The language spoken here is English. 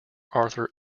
arthur